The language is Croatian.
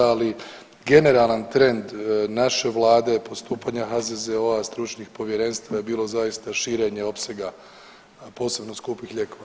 Ali generalan trend naše Vlade postupanja HZZO-a, stručnih povjerenstava je bilo zaista širenje opsega posebno skupih lijekova.